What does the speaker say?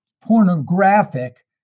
pornographic